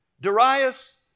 Darius